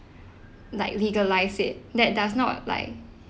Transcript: like legalise it that does not like